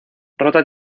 rota